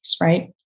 right